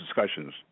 discussions